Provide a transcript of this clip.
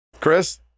chris